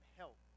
help